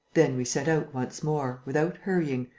then we set out once more, without hurrying,